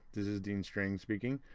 this is dean strang speaking,